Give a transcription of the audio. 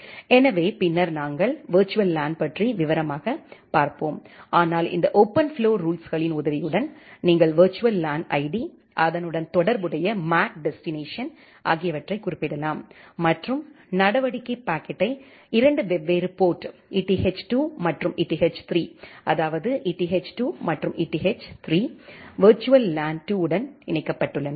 எனவே பின்னர் நாங்கள் விர்ச்சுவல் லேன் பற்றி விவரமாக பார்ப்போம் ஆனால் இந்த ஓபன்ஃப்ளோ ரூல்ஸுகளின் உதவியுடன் நீங்கள் விர்ச்சுவல் லேன் ஐடி அதனுடன் தொடர்புடைய மேக் டெஸ்டினேஷன் ஆகியவற்றைக் குறிப்பிடலாம் மற்றும் நடவடிக்கை பாக்கெட்டை இரண்டு வெவ்வேறு போர்ட் eth2 மற்றும் eth3 அதாவது eth2 மற்றும் eth3 விர்ச்சுவல் லேன் 2 உடன் இணைக்கப்பட்டுள்ளன